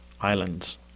Island's